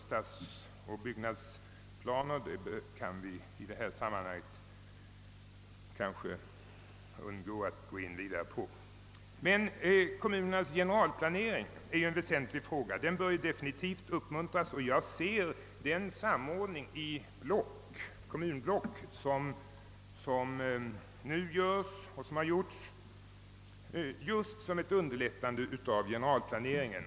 Stadsoch byggnadsplaner kan jag här underlåta att gå in på. Kommunernas generalplanering är en väsentlig fråga, och den bör definitivt uppmuntras. Den sammanslagning i kommunblock som gjorts och göres bör underlätta en sådan generalplanering.